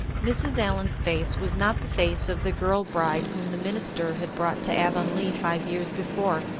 mrs. allan's face was not the face of the girlbride whom the minister had brought to avonlea five years before.